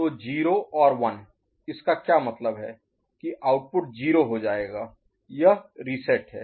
तो 0 और 1 इसका क्या मतलब है कि आउटपुट 0 हो जाएगा यह रीसेट है